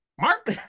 Mark